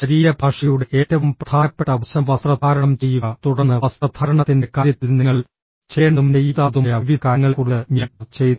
ശരീരഭാഷയുടെ ഏറ്റവും പ്രധാനപ്പെട്ട വശം വസ്ത്രധാരണം ചെയ്യുക തുടർന്ന് വസ്ത്രധാരണത്തിന്റെ കാര്യത്തിൽ നിങ്ങൾ ചെയ്യേണ്ടതും ചെയ്യരുതാത്തതുമായ വിവിധ കാര്യങ്ങളെക്കുറിച്ച് ഞാൻ ചർച്ച ചെയ്തു